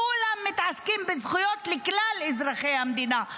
כולם מתעסקים בזכויות לכלל אזרחי המדינה,